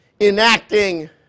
enacting